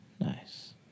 Nice